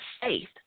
faith